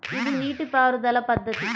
ఇది నీటిపారుదల పద్ధతి